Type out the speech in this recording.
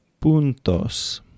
puntos